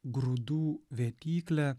grūdų vėtyklę